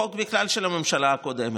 הוא בכלל חוק של הממשלה הקודמת.